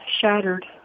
shattered